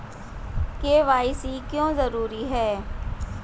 KYC क्यों जरूरी है?